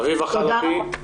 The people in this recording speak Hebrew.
אביבה חלבי,